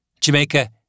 Jamaica